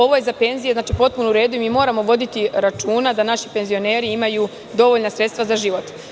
Ovo je za penzije potpuno u redu i moramo voditi računa da naši penzioneri imaju dovoljna sredstva za život.